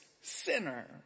sinner